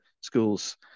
schools